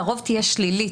לרוב תהיה שלילית.